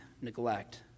neglect